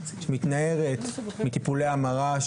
מתנערת מטיפולי המרה,